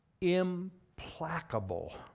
implacable